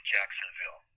Jacksonville